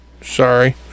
Sorry